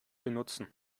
benutzen